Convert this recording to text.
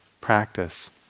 practice